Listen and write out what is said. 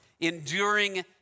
enduring